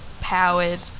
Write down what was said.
powered